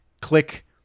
click